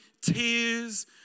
tears